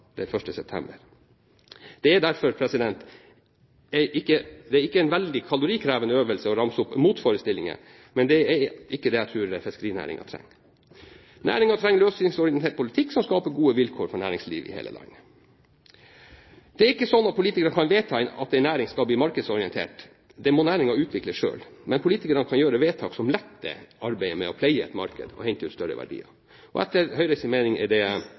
september. Det er derfor ikke en veldig kalorikrevende øvelse å ramse opp motforestillinger, men det er ikke det jeg tror fiskerinæringen trenger. Næringen trenger løsningsorientert politikk som skaper gode vilkår for næringslivet i hele landet. Det er ikke slik at politikere kan vedta at en næring skal bli markedsorientert, det må næringen utvikle selv. Men politikerne kan gjøre vedtak som letter arbeidet med å pleie et marked, og hente ut større verdier. Etter Høyres mening er det